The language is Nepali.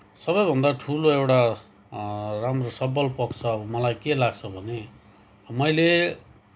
सबैभन्दा ठुलो एउटा राम्रो सबल पक्ष अब मलाई के लाग्छ भने मैले